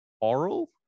oral